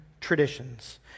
traditions